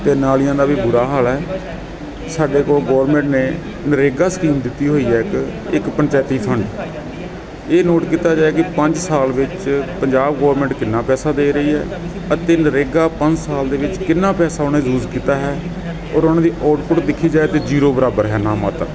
ਅਤੇ ਨਾਲੀਆਂ ਦਾ ਵੀ ਬੁਰਾ ਹਾਲ ਹੈ ਸਾਡੇ ਕੋਲ ਗੌਰਮੈਂਟ ਨੇ ਨਰੇਗਾ ਸਕੀਮ ਦਿੱਤੀ ਹੋਈ ਹੈ ਇੱਕ ਇੱਕ ਪੰਚਾਇਤੀ ਫੰਡ ਇਹ ਨੋਟ ਕੀਤਾ ਜਾਵੇ ਕਿ ਪੰਜ ਸਾਲ ਵਿੱਚ ਪੰਜਾਬ ਗੌਰਮੈਂਟ ਕਿੰਨਾ ਪੈਸਾ ਦੇ ਰਹੀ ਹੈ ਅਤੇ ਨਰੇਗਾ ਪੰਜ ਸਾਲ ਦੇ ਵਿੱਚ ਕਿੰਨਾ ਪੈਸਾ ਉਹਨੇ ਯੂਜ਼ ਕੀਤਾ ਹੈ ਔਰ ਉਹਨਾਂ ਦੀ ਆਉਟਪੁੱਟ ਦੇਖੀ ਜਾਏ ਤਾਂ ਜ਼ੀਰੋ ਬਰਾਬਰ ਹੈ ਨਾਮਾਤਰ